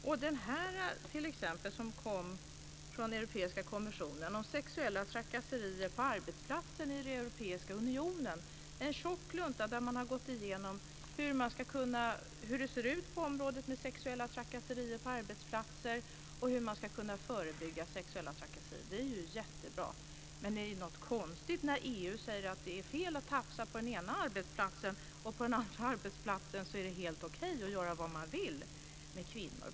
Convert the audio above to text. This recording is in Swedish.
Från Europeiska kommissionen kom t.ex. en tjock lunta om sexuella trakasserier på arbetsplatsen i Europeiska unionen. Där har man gått igenom hur det ser ut på området sexuella trakasserier på arbetsplatser och hur man ska kunna förebygga sexuella trakasserier. Det är jättebra. Men det är något konstigt när EU säger att det är fel att tafsa på den ena arbetsplatsen, men på den andra arbetsplatsen är det helt okej att göra vad man vill med kvinnor.